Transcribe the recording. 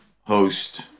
host